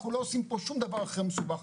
אנחנו לא עושים שום דבר אחר מסובך,